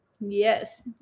Yes